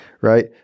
right